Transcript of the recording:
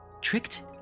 tricked